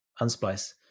Unsplice